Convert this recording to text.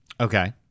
Okay